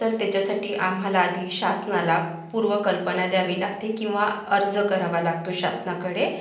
तर त्याच्यासाठी आम्हाला आधी शासनाला पूर्वकल्पना द्यावी लागते किंवा अर्ज करावा लागतो शासनाकडे